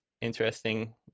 interesting